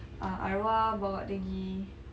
ah arwah bawa dia pergi